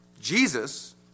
Jesus